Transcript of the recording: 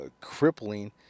crippling